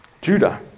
Judah